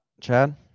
Chad